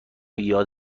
یاد